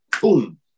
boom